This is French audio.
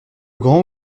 grand